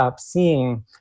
seeing